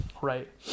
right